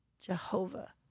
Jehovah